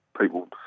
people